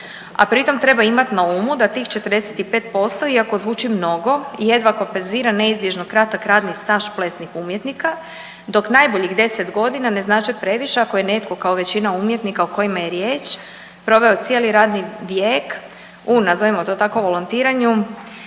a pri tom treba imati na umu da tih 45% iako zvuči mnogo jedva kompenzira neizbježno kratak radni staž plesnih umjetnika dok najboljih 10 godina ne znače previše ako je netko kao većina umjetnika o kojima je riječ proveo cijeli radni vijek u nazovimo to tako volontiranju